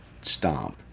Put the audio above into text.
stomp